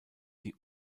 die